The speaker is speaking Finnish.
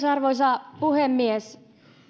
arvoisa puhemies